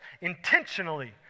intentionally